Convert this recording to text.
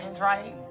right